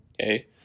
okay